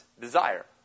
desire